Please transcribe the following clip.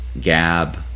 Gab